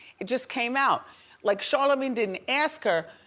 it just came out like charlemagne didn't ask her,